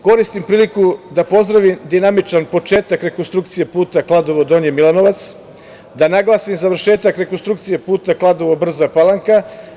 Koristim priliku da pozdravim dinamičan početak rekonstrukcije puta Kladovo-Donji Milanovac, da naglasim završetak rekonstrukcije puta Kladovo-Brza Palanka.